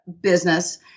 business